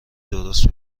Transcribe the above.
درست